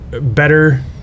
better